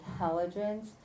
intelligence